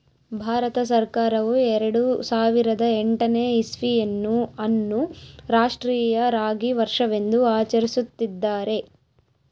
ಭಾರತ ಸರ್ಕಾರವು ಎರೆಡು ಸಾವಿರದ ಎಂಟನೇ ಇಸ್ವಿಯನ್ನು ಅನ್ನು ರಾಷ್ಟ್ರೀಯ ರಾಗಿ ವರ್ಷವೆಂದು ಆಚರಿಸುತ್ತಿದ್ದಾರೆ